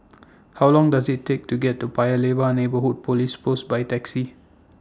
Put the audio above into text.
How Long Does IT Take to get to Paya Lebar Are Neighbourhood Police Post By Taxi